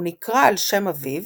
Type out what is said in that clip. הוא נקרא על שם אביו